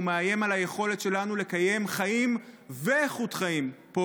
הוא מאיים על היכולת שלנו לקיים חיים ואיכות חיים פה,